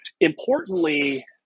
Importantly